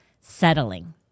settling